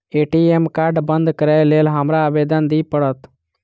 ATM card बंद करैक लेल हमरा आवेदन दिय पड़त?